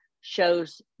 shows